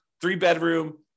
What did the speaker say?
three-bedroom